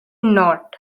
not